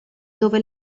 dove